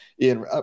Ian